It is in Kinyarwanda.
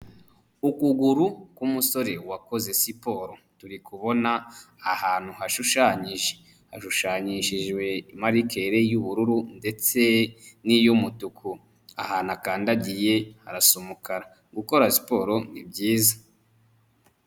Ukuguru k'umusore wakoze siporo, turi kubona ahantu hashushanyije, hashushanyishijwe marikeri y'ubururu ndetse n'iy'umutuku, ahantu akandagiye harasa umukara, gukora siporo ni byiza.